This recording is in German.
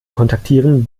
kontaktieren